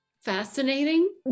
fascinating